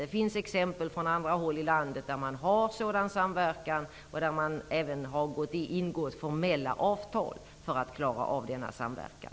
Det finns exempel från andra håll i landet på sådan samverkan. På vissa håll har man ingått formella avtal om samverkan.